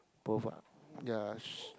both ah ya